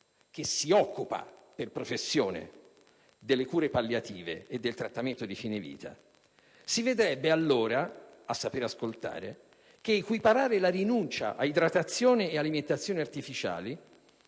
che si occupa per professione delle cure palliative e del trattamento di fine vita, e si vedrebbe allora - a saper ascoltare - che equiparare la rinuncia ad idratazione ed alimentazione artificiali